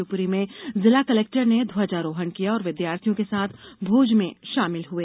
शिवपुरी में जिला कलेक्टर ने ध्वजारोहण किया और विद्यार्थियों के साथ भोज में शामिल हुए